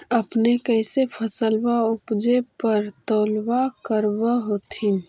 अपने कैसे फसलबा उपजे पर तौलबा करबा होत्थिन?